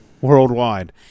worldwide